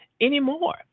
anymore